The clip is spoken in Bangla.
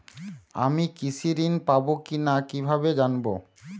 আমি কৃষি ঋণ পাবো কি না কিভাবে জানবো?